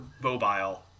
mobile